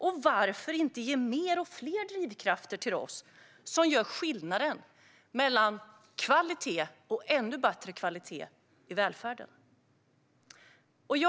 Och varför inte ge mer och fler drivkrafter till oss som gör skillnad mellan kvalitet och ännu bättre kvalitet i välfärden?